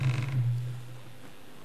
לקריאה שנייה ושלישית.